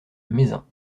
mézin